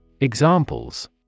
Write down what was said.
Examples